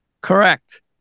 Correct